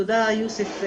תודה, יוסף,